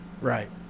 right